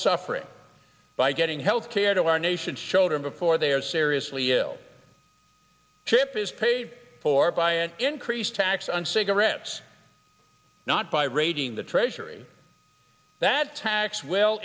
suffering by getting health care to our nation's children before they are seriously ill chip is paid for by an increased tax on cigarettes not by raiding the treasury that tax will